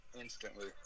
instantly